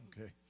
okay